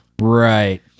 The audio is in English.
Right